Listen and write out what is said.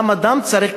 כמה דם צריך,